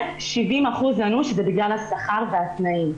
ו-70% ענו שזה בגלל השכר והתנאים.